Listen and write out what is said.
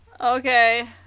Okay